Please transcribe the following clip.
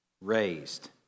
raised